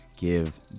give